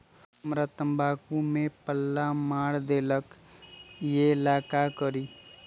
हमरा तंबाकू में पल्ला मार देलक ये ला का करी?